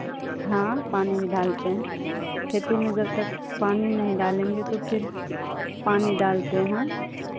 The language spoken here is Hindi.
हाँ पानी भी डालते हैं खेती में जब तक पानी नहीं डालेंगे तो फिर पानी डालते हैं